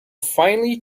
finely